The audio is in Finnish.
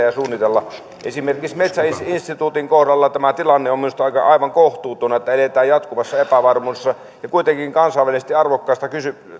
ja suunnitella esimerkiksi metsäinstituutin kohdalla tämä tilanne on minusta aivan kohtuuton että eletään jatkuvassa epävarmuudessa ja kuitenkin kansainvälisesti arvokkaasta